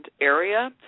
area